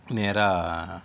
நேரா